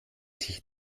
sich